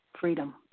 freedom